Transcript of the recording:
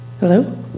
Hello